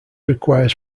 requires